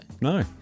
No